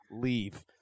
Leave